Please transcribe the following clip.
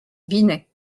vinay